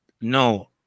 no